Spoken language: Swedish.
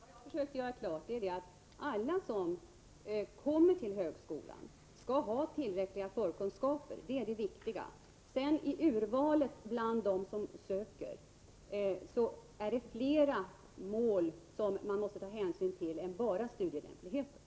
Herr talman! Vad jag försökte göra klart är att alla som kommer till högskolan skall ha tillräckliga förkunskaper. Det är det viktiga. När det sedan gäller urvalet bland dem som söker är det flera mål man måste ta hänsyn till än bara studielämpligheten.